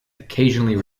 occasionally